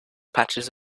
patches